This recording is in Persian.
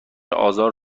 آزار